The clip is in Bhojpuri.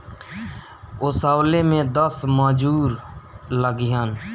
ओसवले में दस मजूर लगिहन